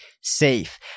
safe